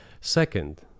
Second